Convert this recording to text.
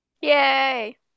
Yay